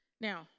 Now